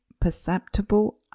perceptible